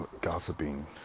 gossiping